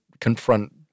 confront